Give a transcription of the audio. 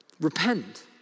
Repent